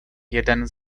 jeden